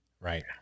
Right